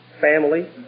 family